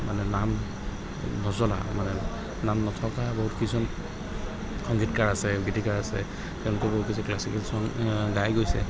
মানে নাম নজনা মানে নাম নথকা বহুত কিছু সংগীতকাৰ আছে গীতিকাৰ আছে তেওঁলোকে বহুত কিছু ক্লাছিকেল চং গাই গৈছে